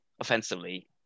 offensively